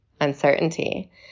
uncertainty